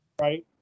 Right